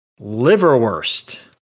Liverwurst